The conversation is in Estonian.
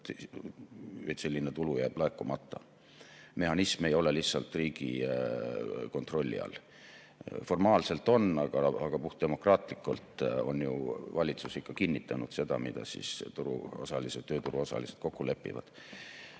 et selline tulu jääb laekumata. See mehhanism ei ole lihtsalt riigi kontrolli all, formaalselt on, aga puhtdemokraatlikult on ju valitsus ikka kinnitanud seda, mida tööturuosalised kokku lepivad. Autor